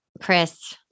Chris